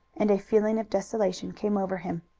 and a feeling of desolation came over him.